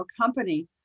company